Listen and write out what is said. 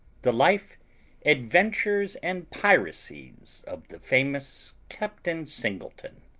the life adventures and piracies of the famous captain singleton,